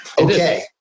okay